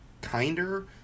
kinder